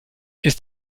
ist